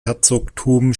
herzogtum